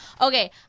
Okay